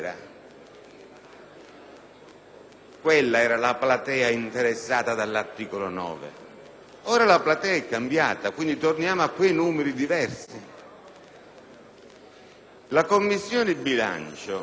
quella era la platea interessata dall'articolo 9. Ora però la platea è cambiata, quindi torniamo a quei numeri diversi. L'emendamento